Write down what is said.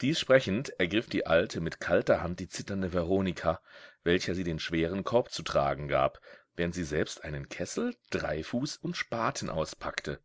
dies sprechend ergriff die alte mit kalter hand die zitternde veronika welcher sie den schweren korb zu tragen gab während sie selbst einen kessel dreifuß und spaten auspackte